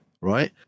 right